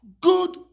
good